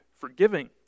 forgiving